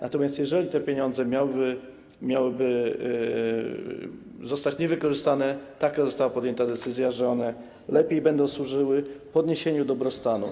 Natomiast jeżeli te pieniądze miałyby zostać niewykorzystane, to została podjęta taka decyzja, że one lepiej będą służyły podniesieniu dobrostanu.